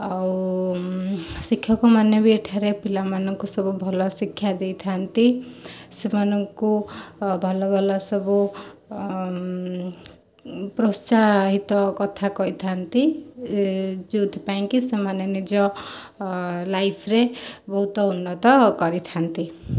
ଆଉ ଶିକ୍ଷକ ମାନେ ବି ଏଠାରେ ପିଲା ମାନଙ୍କୁ ସବୁ ଭଲ ଶିକ୍ଷା ଦେଇଥାନ୍ତି ସେମାନଙ୍କୁ ଭଲ ଭଲ ସବୁ ପ୍ରୋତ୍ସାହିତ କଥା କହିଥାଆନ୍ତି ଯେଉଁଥିପାଇଁ କି ସେମାନେ ନିଜ ଲାଇଫ୍ରେ ବହୁତ ଉନ୍ନତ କରିଥାନ୍ତି